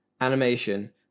animation